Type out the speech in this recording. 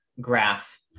graph